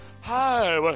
Hi